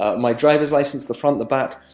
ah my driver's license the front, the back.